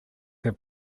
have